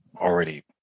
already